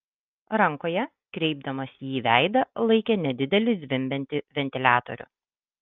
rankoje kreipdamas jį į veidą laikė nedidelį zvimbiantį ventiliatorių